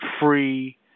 free